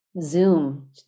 zoom